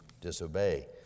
disobey